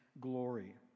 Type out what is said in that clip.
glory